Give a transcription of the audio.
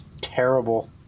terrible